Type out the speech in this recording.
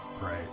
Right